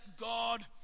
God